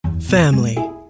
family